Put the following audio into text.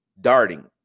darting